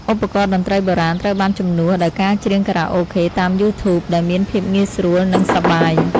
ឧបករណ៍តន្ត្រីបុរាណត្រូវបានជំនួសដោយការច្រៀងខារ៉ាអូខេតាមយូធូបដែលមានភាពងាយស្រួលនិងសប្បាយ។